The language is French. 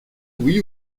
oui